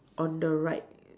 on the right